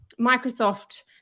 Microsoft